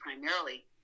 primarily